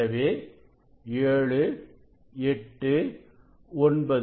எனவே 789 10